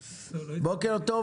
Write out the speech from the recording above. טוב,